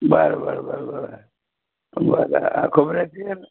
बरं बरं बरं बरं बरं आ खोबऱ्याची आहे ना